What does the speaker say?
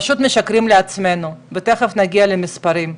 פשוט משקרים לעצמנו, ותכף נגיע למספרים.